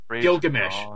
Gilgamesh